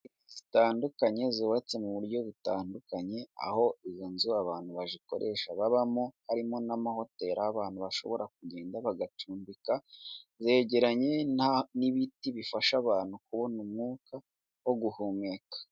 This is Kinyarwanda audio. Inzu zitandukanye, zubatse mu buryo butandukanye, aho izo nzu abantu bazikoresha babamo, harimo n'amahoteli aho abantu bashobora kugenda bagacumbika, zegeranye n'ibiti bifasha abantu kubona umwuka wo guhumeka.